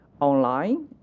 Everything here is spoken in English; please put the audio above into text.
online